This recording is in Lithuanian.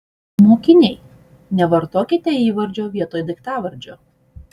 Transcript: mokiniai nevartokite įvardžio vietoj daiktavardžio